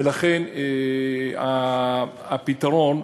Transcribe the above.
ולכן, הפתרון,